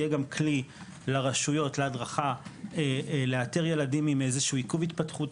יהיה גם כלי לרשויות לאתר ילדים עם איזשהו עיכוב התפתחותי,